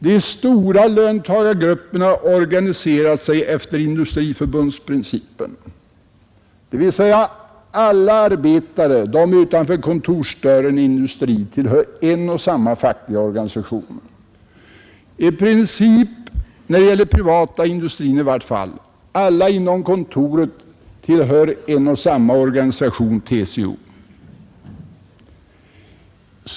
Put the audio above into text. De stora löntagargrupperna organiserar sig efter industriförbundsprincipen, dvs. alla arbetare utanför kontorsdörren i industrin tillhör en och samma fackliga organisation. I princip är det så, i vart fall när det gäller den privata industrin, att alla inom kontoret tillhör en och samma organisation, nämligen TCO.